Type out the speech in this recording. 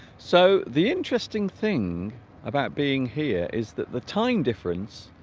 so the interesting thing about being here is that the time difference